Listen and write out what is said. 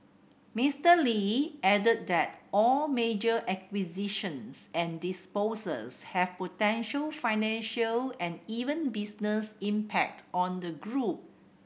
Mister Lee added that all major acquisitions and disposals have potential financial and even business impact on the group